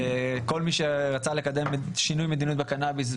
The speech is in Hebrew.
כל מי שרצה לקדם שינוי מדיניות בקנאביס,